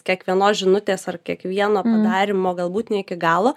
kiekvienos žinutės ar kiekvieno padarymo galbūt ne iki galo